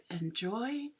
enjoy